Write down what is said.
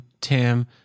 Tim